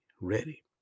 ready